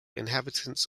inhabitants